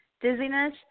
dizziness